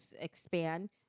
expand